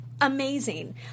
amazing